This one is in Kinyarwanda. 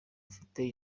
afite